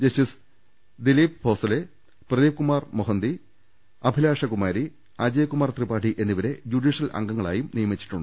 justice Dilip Bhosale Pradeepkumar Mohanty Abhilasha Kumari Ajay Kumar Tripathi എന്നിവരെ judicial അംഗങ്ങളായും നിയമിച്ചു